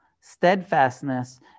steadfastness